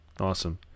Awesome